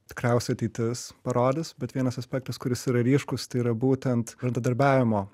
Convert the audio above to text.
tikriausiai ateitis parodys bet vienas aspektas kuris yra ryškūs tai yra būtent bendradarbiavimo